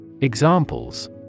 Examples